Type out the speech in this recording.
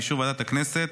באישור ועדת הכנסת,